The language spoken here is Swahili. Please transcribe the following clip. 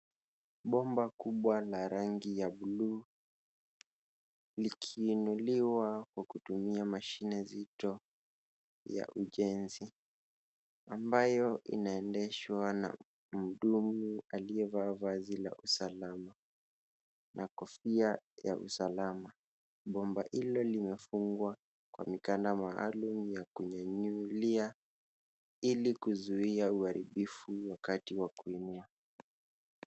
Bomba kubwa la rangi ya buluu likiinuliwa kwa kutumia mashine nzito ya ujenzi ambayo inaendeshwa na mhudumu aliyevaa vazi la usalama na kofia ya usalama. Bomba hilo limefungwa kwa mkanda maalum ya kunyanyulia ili kuzuia uharibifu wakati wa kuinua.